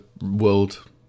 world